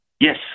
Yes